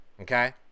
okay